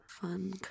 Fun